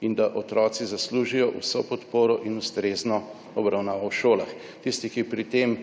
in da si otroci zaslužijo vso podporo in ustrezno obravnavo v šolah. Tisti, ki pri tem